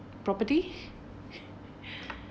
property